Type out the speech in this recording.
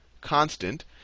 constant